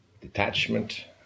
detachment